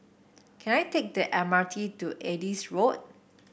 can I take the M R T to Adis Road